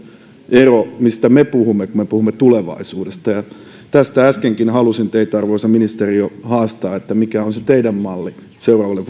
ero siihen mistä me puhumme kun me puhumme tulevaisuudesta ja tästä äskenkin halusin teitä arvoisa ministeri haastaa että mikä on se teidän mallinne seuraavalle